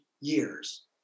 years